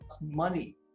money